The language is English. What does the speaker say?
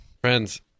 Friends